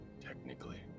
Technically